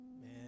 man